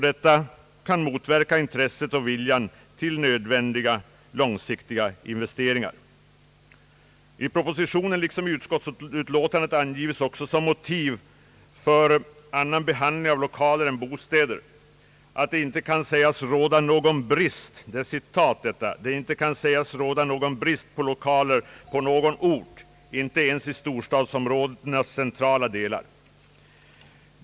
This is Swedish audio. Detta kan motverka intresset för och viljan att göra nödvändiga långsiktiga investeringar; I propositionen liksom i utskottsutlåtandet anges även som motiv för annan behandling av lokaler än av bostäder att »det inte kan sägas råda någon brist på lokaler på någon ort, inte ens i storstadsområdenas centrala delar».